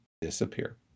disappear